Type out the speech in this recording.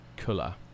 color